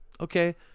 okay